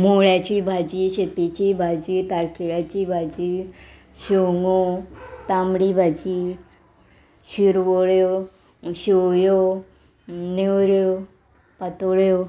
मुळ्याची भाजी शेपेची भाजी तायकिळ्याची भाजी शोंगो तामडी भाजी शिरवळ्यो शेवयो नेवऱ्यो पातोळ्यो